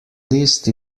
list